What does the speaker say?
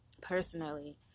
personally